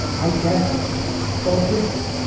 i guess focus,